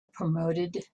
promoted